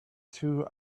two